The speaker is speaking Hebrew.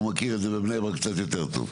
והוא מכיר את זה בבני ברק קצת יותר טוב.